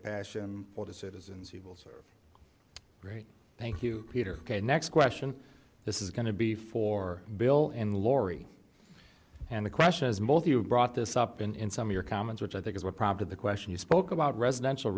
passion for the citizens he will serve great thank you peter ok next question this is going to be for bill and laurie and the question is most you brought this up in in some of your comments which i think is what prompted the question you spoke about residential